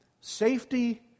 safety